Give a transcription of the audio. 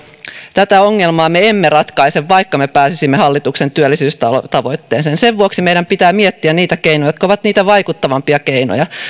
tätä ongelmaa me emme ratkaise vaikka me pääsisimme hallituksen työllisyystavoitteeseen sen vuoksi meidän pitää miettiä niitä keinoja jotka ovat niitä vaikuttavampia keinoja